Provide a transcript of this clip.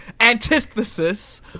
antithesis